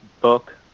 book